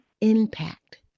impact